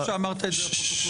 אבל טוב שאמרת את זה לפרוטוקול.